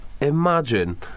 Imagine